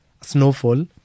snowfall